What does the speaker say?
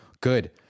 Good